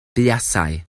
buasai